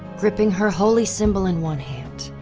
gripping her holy symbol in one hand,